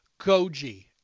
goji